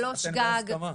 שלוש גג.